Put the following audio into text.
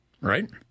right